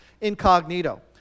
incognito